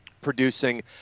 producing